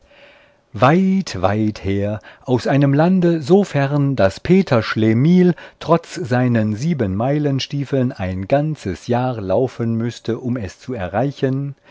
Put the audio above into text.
weit weit her aus einem lande so fern daß peter schlemihl trotz seinen siebenmeilenstiefeln ein ganzes jahr laufen müßte um es zu erreichen